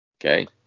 okay